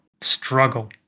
struggle